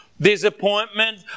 Disappointment